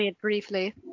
briefly